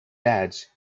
dad’s